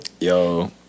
Yo